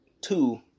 two